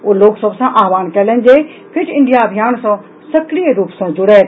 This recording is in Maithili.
ओ लोक सभ सॅ आह्वान कयलनि जे फिट इंडिया अभियान सॅ सक्रिय रूप सॅ जुड़थि